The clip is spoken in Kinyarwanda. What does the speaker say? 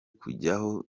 kujyaho